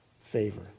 favor